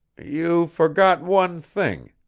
you forget one thing,